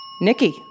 Nikki